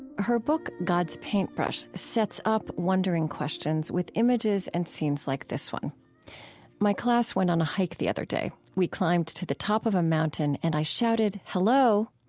her book god's paintbrush sets up wondering questions with images and scenes, like this one my class went on a hike the other day. we climbed to the top of a mountain, and i shouted, hello.